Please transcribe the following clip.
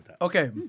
Okay